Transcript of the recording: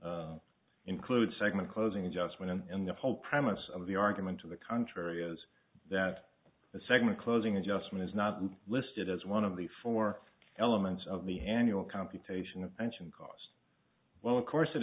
actually include segment closing adjustment and the whole premise of the argument to the contrary is that the segment closing adjustment is not listed as one of the four elements of the annual computation of engine cost well of course it